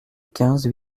quinze